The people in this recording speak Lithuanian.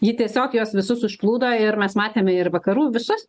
ji tiesiog juos visus užplūdo ir mes matėme ir vakarų visus